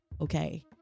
okay